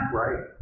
right